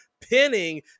pinning